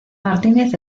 martínez